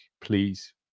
please